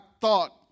thought